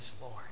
Lord